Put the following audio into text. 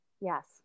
Yes